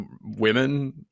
women